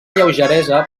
lleugeresa